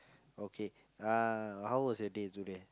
okay uh how was your day today